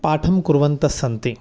पाठं कुर्वन्तस्सन्ति